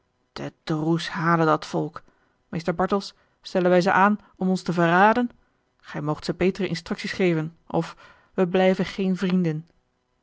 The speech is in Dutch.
de droes hale dat volk mr bartels stellen wij ze aan om ons te verraden gij moogt ze betere instructies geven of we blijven geene vrienden